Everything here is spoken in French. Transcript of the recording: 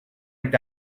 est